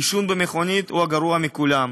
עישון במכונית הוא הגרוע מכולם.